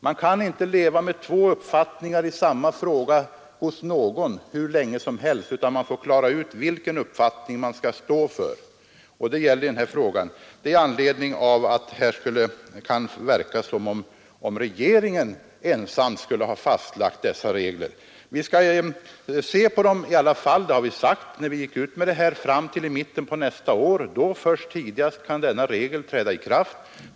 Man kan inte acceptera två uppfattningar i samma fråga hos någon hur länge som helst, utan man får klara ut vilken uppfattning man skall stå för, och det gäller i den här frågan. Jag vill säga detta i anledning av att det här kan verka som om regeringen ensam skulle ha fastlagt denna regel. Vi skall se på den i alla fall — det har vi sagt — fram till mitten av nästa år. Då tidigast kan denna regel träda i kraft.